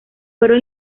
fueron